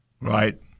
right